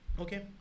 Okay